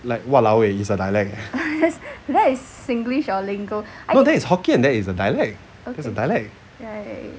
like !walao! eh is a dialect that is hokkien that's a dialect that's a dialect